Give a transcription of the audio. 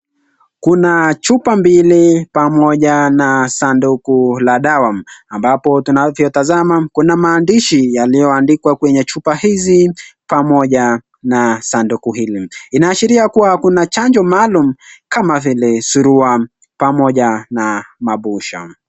Kuna chupa mbili pamoja na sanduku la dawa, ambapo tunavyotazama kuna mahandishi yaliyoandikwa kwenye chupa hizi pamoja na sanduku hili, inaashiria kuwa kuna chanjo maalum kama vile shurua pamoja na mabusha.